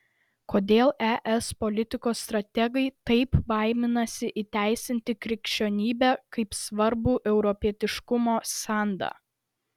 kodėl es politikos strategai taip baiminasi įteisinti krikščionybę kaip svarbų europietiškumo sandą